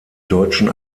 deutschen